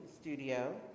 studio